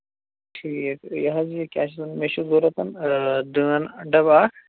ٹھیٖک یہِ حظ یہِ کیٛاہ چھِ اَتھ وَنان مےٚ چھُ ضروٗرت دٲن ڈَبہٕ اَکھ